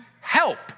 help